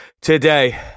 Today